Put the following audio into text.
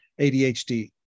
ADHD